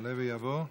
יעלה ויבוא.